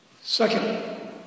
Second